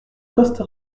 coste